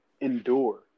endure